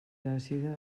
àcida